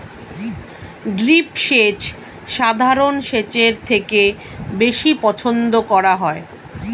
drip সেচ সাধারণ সেচের থেকে বেশি পছন্দ করা হয়